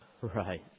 Right